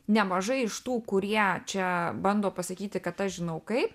nemažai iš tų kurie čia bando pasakyti kad aš žinau kaip